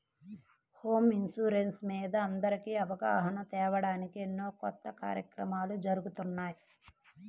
home insurance మీద అందరికీ అవగాహన తేవడానికి ఎన్నో కొత్త కార్యక్రమాలు జరుగుతున్నాయి